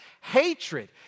hatred